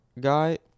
guy